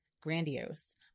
grandiose